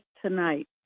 tonight